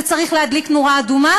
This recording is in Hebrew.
זה צריך להדליק נורה אדומה,